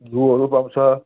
घिउहरू पाउँछ